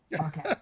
Okay